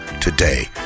today